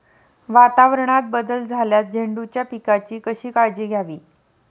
वातावरणात बदल झाल्यास झेंडूच्या पिकाची कशी काळजी घ्यावी?